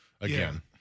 again